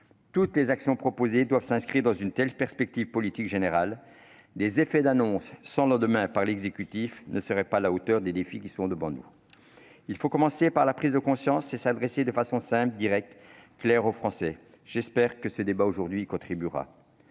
Toutes les actions proposées doivent s'inscrire dans une telle perspective politique générale. Des effets d'annonce sans lendemain, de la part de l'exécutif, ne seraient pas à la hauteur des défis qui sont devant nous. Il faut commencer par la prise de conscience en s'adressant aux Français de manière simple, claire et directe. J'espère que le débat d'aujourd'hui y contribuera.